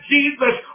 Jesus